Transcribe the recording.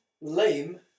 Lame